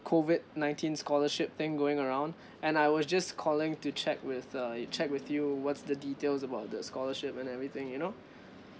COVID nineteen scholarship thing going around and I was just calling to check with uh check with you what's the details about the scholarship and everything you know